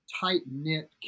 tight-knit